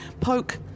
Poke